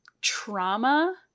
trauma